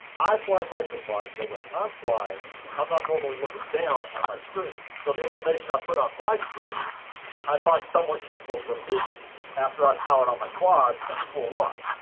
i fly micro quads, so when i'm flying i'm not normally looking down at my screen. so the information i put on my screen i find somewhat useful for me after i've powered on my quad and before launch.